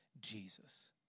Jesus